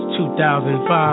2005